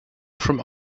from